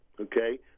okay